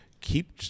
keep